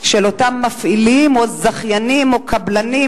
שאותם מפעילים או זכיינים או קבלנים,